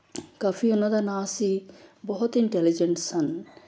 ਕਾਫ਼ੀ ਉਹਨਾਂ ਦਾ ਨਾਂ ਸੀ ਬਹੁਤ ਇੰਟੈਲੀਜੈਂਟ ਸਨ